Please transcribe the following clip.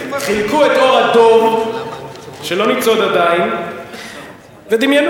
חילקו את עור הדוב שלא ניצוד עדיין ודמיינו,